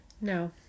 no